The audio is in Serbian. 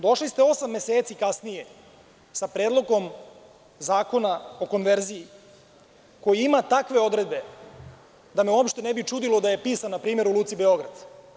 Došli ste osam meseci kasnije sa Predlogom zakona o konverziji, koji ima takve odredbe da me uopšte ne bi čudilo da je pisan npr. u Luci Beograd.